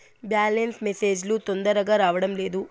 Balance message లు తొందరగా రావడం లేదు?